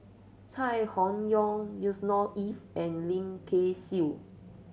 Chai Hon Yoong Yusnor Ef and Lim Kay Siu